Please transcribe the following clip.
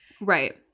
Right